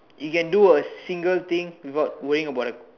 you can do a single thing without worrying about